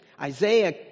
Isaiah